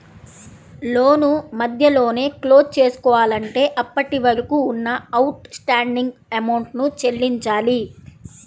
లోను మధ్యలోనే క్లోజ్ చేసుకోవాలంటే అప్పటివరకు ఉన్న అవుట్ స్టాండింగ్ అమౌంట్ ని చెల్లించాలి